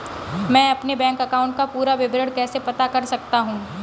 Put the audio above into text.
मैं अपने bank account का पूरा विवरण कैसे पता कर सकता हूँ?